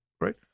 Right